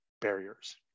barriers